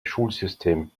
schulsystem